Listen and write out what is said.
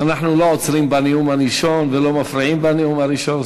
אנחנו לא עוצרים בנאום הראשון ולא מפריעים בנאום הראשון,